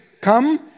come